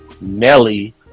Nelly